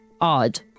Odd